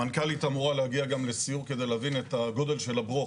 המנכ"לית אמורה להגיע גם לסיום כדי להבין את הגודל של הברוך